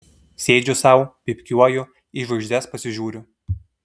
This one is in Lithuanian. sėdžiu sau pypkiuoju į žvaigždes pasižiūriu